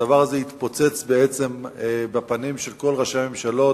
והדבר הזה בעצם התפוצץ בפנים של כל ראשי הממשלות,